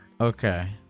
Okay